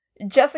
Jessica